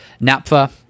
NAPFA